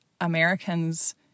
Americans